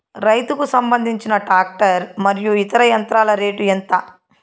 రైతుకు సంబంధించిన టాక్టర్ మరియు ఇతర యంత్రాల రేటు ఎంత?